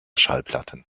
schallplatten